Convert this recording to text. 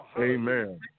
Amen